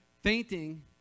Fainting